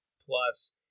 Plus